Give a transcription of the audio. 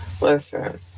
listen